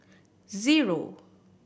zero